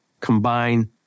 combine